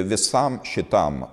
visam šitam